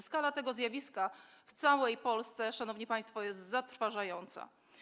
Skala tego zjawiska w całej Polsce, szanowni państwo, jest zatrważająca.